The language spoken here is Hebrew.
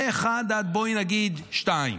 מאחד עד, בואו נגיד, שתיים?